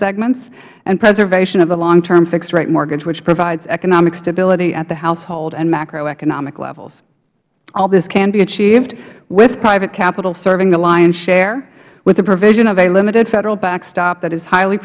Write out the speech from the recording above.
segments and preservation of the long term fixed rate mortgage which provides economic stability at the household and macroeconomic levels all this can be achieved with private capital serving the lion's share with the provision of a limited federal backstop that is highly